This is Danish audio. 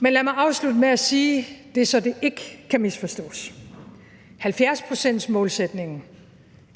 Men lad mig afslutte med at sige det, så det ikke kan misforstås: 70-procentsmålsætningen